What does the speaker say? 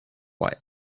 why